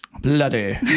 Bloody